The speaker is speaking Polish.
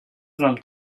znam